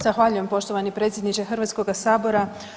Zahvaljujem poštovani predsjedniče Hrvatskoga sabora.